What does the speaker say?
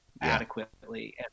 adequately